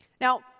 Now